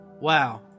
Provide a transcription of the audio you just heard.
Wow